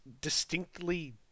distinctly